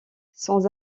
sans